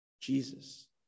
Jesus